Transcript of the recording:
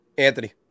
Anthony